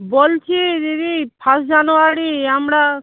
বলছি দিদি first January আমরা